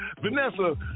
Vanessa